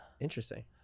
Interesting